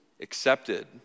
accepted